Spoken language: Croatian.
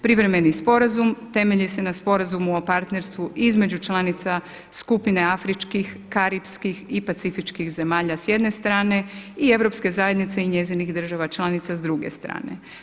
Privremeni sporazum temelji se na sporazumu o partnerstvu između članica Skupine afričkih, karipskih i pacifičkih zemalja s jedne strane i Europske zajednice i njezinih država članica s druge strane.